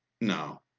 No